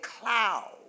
cloud